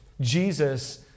Jesus